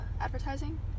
advertising